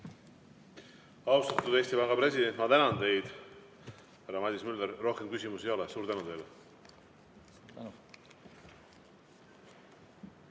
Austatud Eesti Panga president, ma tänan teid! Härra Madis Müller, rohkem küsimusi ei ole. Suur tänu teile!